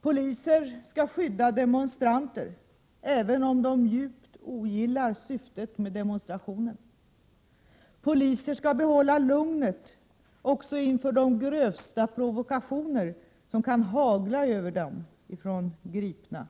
— Poliser skall skydda demonstranter, även om de djupt ogillar syftet med demonstrationen. = Poliser skall behålla lugnet också inför de grövsta provokationer som kan hagla över dem från gripna.